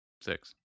Six